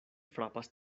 frapas